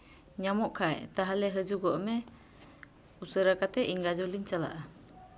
ᱧᱟᱢᱚᱜ ᱠᱷᱟᱡ ᱛᱟᱦᱚᱞᱮ ᱦᱤᱡᱩᱜ ᱢᱮ ᱩᱥᱟᱹᱨᱟ ᱠᱟᱛᱮᱫ ᱤᱧ ᱜᱟᱡᱚᱞᱤᱧ ᱪᱟᱞᱟᱜᱼᱟ